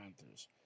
Panthers